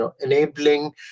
enabling